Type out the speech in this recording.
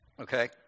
Okay